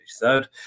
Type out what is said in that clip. third